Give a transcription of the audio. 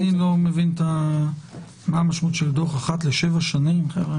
אני לא מבין מה המשמעות של דוח אחת לשבע שנים.